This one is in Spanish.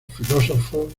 filósofos